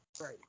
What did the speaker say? Right